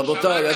רבותיי,